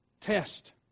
test